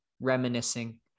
reminiscing